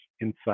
insight